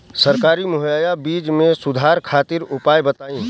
सरकारी मुहैया बीज में सुधार खातिर उपाय बताई?